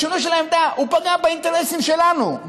השינוי של העמדה פגע באינטרסים שלנו,